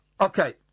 Okay